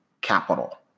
capital